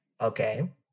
Okay